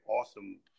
awesome